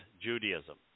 Judaism